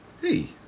Hey